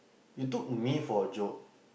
you took me for a joke